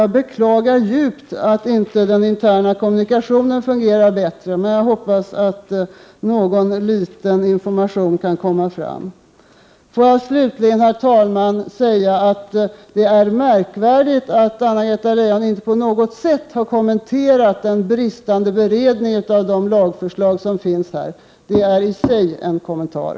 Jag beklagar djupt att inte den interna kommunikationen fungerar bättre, men jag hoppas att någon liten information kan nå fram. Herr talman! Jag vill slutligen säga att det är märkvärdigt att Anna-Greta Leijon inte på något sätt har kommenterat den bristande beredningen av de föreliggande lagförslagen. Det är i sig en kommentar.